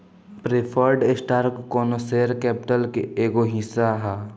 preferred stock कौनो share capital के एगो हिस्सा ह